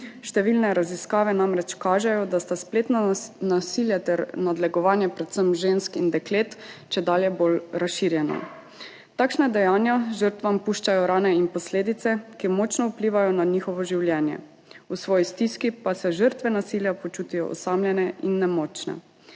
Številne raziskave namreč kažejo, da sta spletno nasilje ter nadlegovanje predvsem žensk in deklet čedalje bolj razširjena. Takšna dejanja žrtvam puščajo rane in posledice, ki močno vplivajo na njihovo življenje, v svoji stiski pa se žrtve nasilja počutijo osamljene in nemočne.